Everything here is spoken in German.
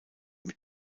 mit